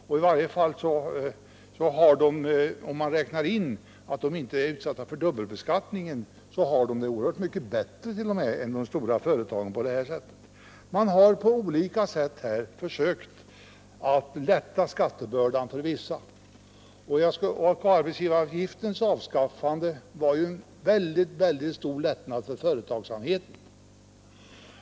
Om man räknar in att de inte är utsatta för dubbelbeskattningen har de det t.o.m. oerhört mycket bättre än de stora företagen. Man har på olika sätt sökt lätta skattebördan för vissa kategorier. Arbetsgivaravgiftens avskaffande var en väldigt stor lättnad för företagsamheten.